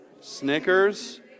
Snickers